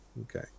Okay